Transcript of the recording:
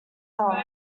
hotel